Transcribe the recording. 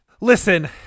listen